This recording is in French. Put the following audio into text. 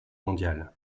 mondiale